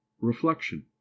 reflection